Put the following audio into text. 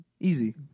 Easy